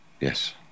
Yes